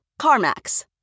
CarMax